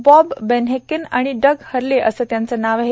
Bob Behnken आणि Doug Hurley असं त्यांचं नाव आहे